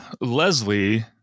Leslie